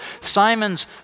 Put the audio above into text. Simon's